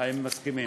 האם מסכימים?